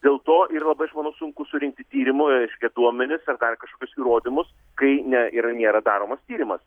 dėl to ir labai aš manau sunku surinkti tyrimui reiškia duomenis ar dar kažkokius įrodymus kai ne yra nėra daromas tyrimas